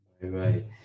right